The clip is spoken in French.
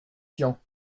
tian